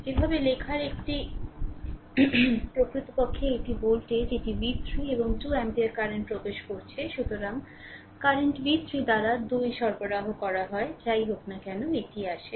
যেভাবে লেখার এটি প্রকৃতপক্ষে এটি ভোল্টেজ এটি v3 এবং 2 অ্যাম্পিয়ার কারেন্ট প্রবেশ করছে সুতরাং কারেন্ট v 3 দ্বারা 2 সরবরাহ করা হয় যাই হোক না কেন এটি আসে